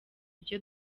ibyo